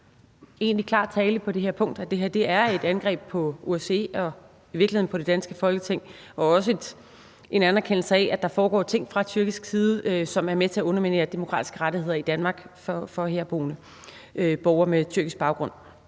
her er et angreb på OSCE og i virkeligheden også på det danske Folketing, og også en anerkendelse af, at der foregår ting fra tyrkisk side, som er med til at underminere demokratiske rettigheder i Danmark for herboende borgere med tyrkisk baggrund.